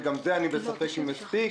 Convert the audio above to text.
וגם זה אני בספק אם נספיק,